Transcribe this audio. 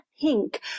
pink